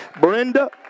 Brenda